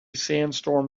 sandstorm